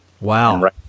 Wow